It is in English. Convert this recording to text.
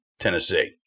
Tennessee